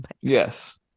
Yes